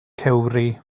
cewri